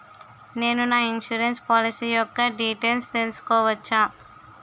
నేను నా insurance policy యెక్క డీటైల్స్ తెల్సుకోవచ్చా?